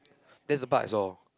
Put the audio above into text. that's the part I saw